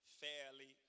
fairly